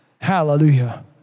Hallelujah